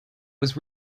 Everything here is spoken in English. was